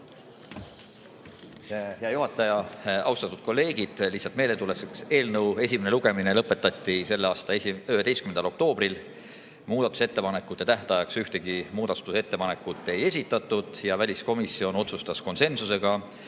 Hea juhataja! Austatud kolleegid! Lihtsalt meeldetuletuseks: eelnõu esimene lugemine lõpetati selle aasta 11. oktoobril, muudatusettepanekute tähtajaks ühtegi muudatusettepanekut ei esitatud ning väliskomisjon otsustas (konsensusega)